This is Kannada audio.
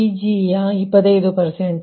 Pg ಯ 2525100×5012